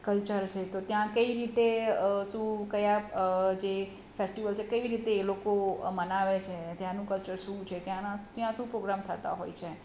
culture છે તો ત્યાં કઈ રીતે શું કયા છે ફેસ્ટિવલ છે સે તેવી રીતે એ લોકો મનાવે છે ત્યાંનું કલ્ચર શું છે ત્યાંના ત્યાં શું પોગ્રામ થતા હોય છે